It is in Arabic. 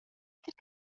تلك